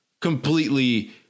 completely